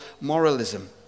moralism